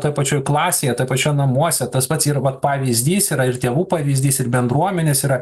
toj pačioj klasėje toj pačioj namuose tas pats ir vat pavyzdys yra ir tėvų pavyzdys ir bendruomenės yra